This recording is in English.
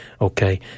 okay